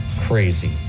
Crazy